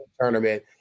tournament